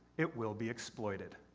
it will be exploited.